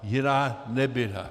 Jiná nebyla.